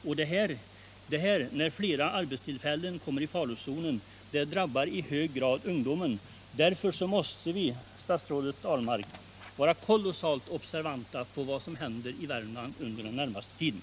När ytterligare arbetstillfällen kommer i farozonen drabbar det i hög grad ungdomen. Därför måste vi, statsrådet Ahlmark, vara kolossalt observanta på vad som händer i Värmland under den närmaste tiden.